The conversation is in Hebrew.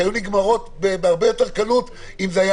שהיו נגמרות בהרבה יותר קלות אם זה היה